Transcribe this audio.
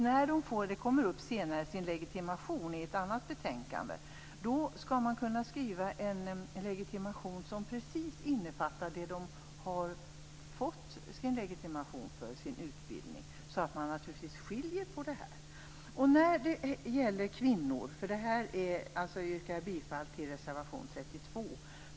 När de här grupperna får sin legitimation - i samband med ett annat betänkande kommer den frågan upp - skall det gå att skriva ut en legitimation som innefattar just den utbildning för vilken de har fått sin legimation; detta för att visa på skillnaderna. Jag yrkar bifall till reservation 32.